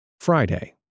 Friday